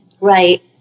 Right